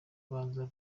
baza